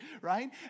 right